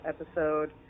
episode